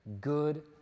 good